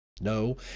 No